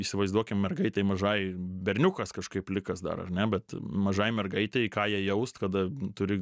įsivaizduokim mergaitei mažai berniukas kažkaip plikas dar ar ne bet mažai mergaitei ką jai jaust kada turi